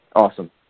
awesome